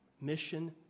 Mission